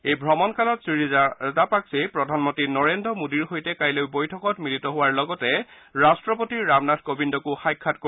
এই ভ্ৰমণ কালত শ্ৰীৰাজাপাকচাই প্ৰধানমন্ত্ৰী নৰেন্দ্ৰ মোডীৰ সৈতে কাইলৈ বৈঠকত মিলিত হোৱাৰ লগতে ৰাষ্ট্ৰপতি ৰামনাথ কোবিন্দকো সাক্ষাৎ কৰিব